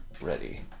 ready